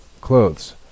clothes